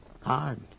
Hard